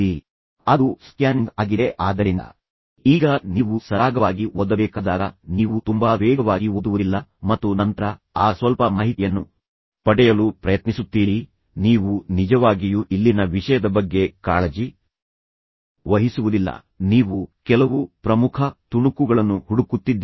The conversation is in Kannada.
ಅದನ್ನು ಹೊರತೆಗೆಯಿರಿ ಅದು ಸ್ಕ್ಯಾನಿಂಗ್ ಆಗಿದೆ ಆದ್ದರಿಂದ ಈಗ ನೀವು ಸರಾಗವಾಗಿ ಓದಬೇಕಾದಾಗ ನೀವು ತುಂಬಾ ವೇಗವಾಗಿ ಓದುವುದಿಲ್ಲ ಮತ್ತು ನಂತರ ಆ ಸ್ವಲ್ಪ ಮಾಹಿತಿಯನ್ನು ಪಡೆಯಲು ಪ್ರಯತ್ನಿಸುತ್ತೀರಿ ನೀವು ಇಲ್ಲಿ ವಿಷಯವನ್ನು ಅರ್ಥಮಾಡಿಕೊಳ್ಳಲು ಪ್ರಯತ್ನಿಸುತ್ತೀರಿ ನೀವು ನಿಜವಾಗಿಯೂ ಇಲ್ಲಿನ ವಿಷಯದ ಬಗ್ಗೆ ಕಾಳಜಿ ವಹಿಸುವುದಿಲ್ಲ ನೀವು ಕೆಲವು ಪ್ರಮುಖ ತುಣುಕುಗಳನ್ನು ಹುಡುಕುತ್ತಿದ್ದೀರಿ